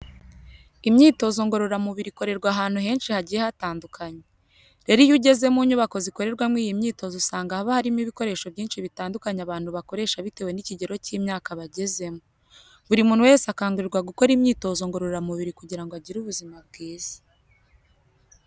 Imyitozo ngororamubiri ikorerwa ahantu henshi hagiye hatandukanye. Rero iyo ugeze mu nyubako zikorerwamo iyi myitozo usanga haba harimo ibikoresho byinshi bitandukanye abantu bakoresha bitewe n'ikigero cy'imyaka bagezemo. Buri muntu wese akangurirwa gukora imyitozo ngororamubiri kugira ngo agire ubuzima bwiza.